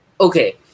Okay